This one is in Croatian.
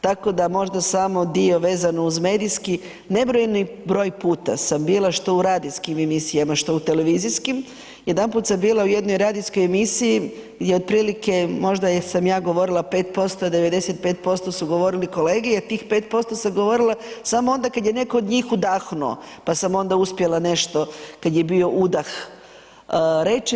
Tako da možda samo dio vezano uz medijski, nebrojeni broj puta sam bila što u radijskim emisijama, što u televizijskim, jedanput sam bila u jednoj radijskoj emisiji i otprilike možda sam ja govorila 5%, 95% su govorili kolege jer tih 5% sam govorila samo onda kada je netko od njih udahnuo, pa sam onda uspjela nešto kad je bio udah reći.